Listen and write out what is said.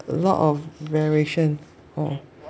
a lot of variation hor